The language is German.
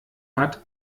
hat